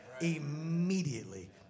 Immediately